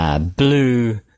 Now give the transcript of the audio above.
Blue